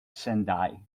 sendai